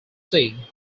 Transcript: see